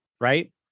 right